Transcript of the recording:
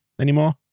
anymore